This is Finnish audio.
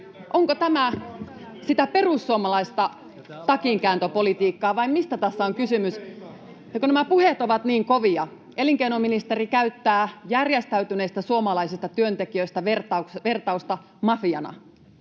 Onko tämä sitä perussuomalaista takinkääntöpolitiikkaa, vai mistä tässä on kysymys? Nämä puheet ovat niin kovia. Elinkeinoministeri käyttää järjestäytyneistä suomalaisista työntekijöistä vertausta ”mafia”